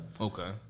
Okay